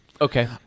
Okay